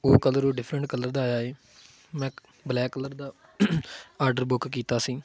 ਉਹ ਕਲਰ ਉਹ different colour ਦਾ ਆਇਆ ਹੈ ਮੈਂ ਬਲੈਕ ਕਲਰ ਦਾ ਆਡਰ ਬੁੱਕ ਕੀਤਾ ਸੀ